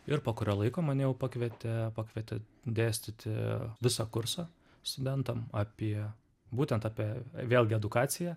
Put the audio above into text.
ir po kurio laiko mane jau pakvietė pakvietė dėstyti visą kursą studentam apie būtent apie vėlgi edukaciją